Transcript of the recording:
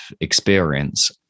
experience